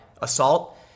assault